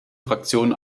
fraktionen